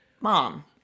Mom